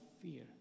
fear